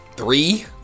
Three